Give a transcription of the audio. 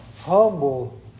Humble